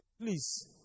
please